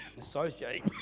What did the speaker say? associate